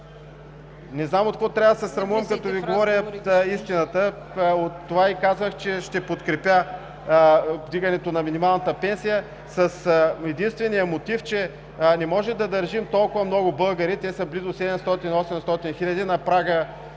не знам от какво трябва да се срамувам, като Ви говоря истината и от това, че казах, че ще подкрепя вдигането на минималната пенсия с единствения мотив, че не може да държим толкова много българи, те са близо 700 – 800 хиляди, на прага